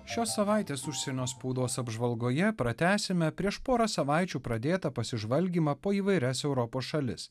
šios savaitės užsienio spaudos apžvalgoje pratęsime prieš porą savaičių pradėtą pasižvalgymą po įvairias europos šalis